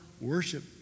worship